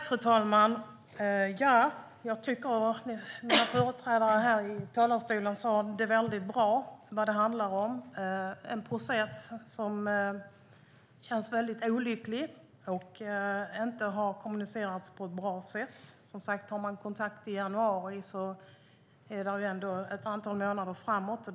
Fru talman! Jag tycker att mina företrädare här i talarstolen uttryckte väldigt bra vad det handlar om, en process som känns väldigt olycklig och inte har kommunicerats på ett bra sätt. Som sagt, har man kontakt i januari är det ändå ett antal månader därefter.